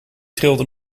trilde